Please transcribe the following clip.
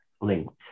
linked